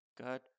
God